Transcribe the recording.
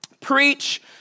preach